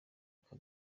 ako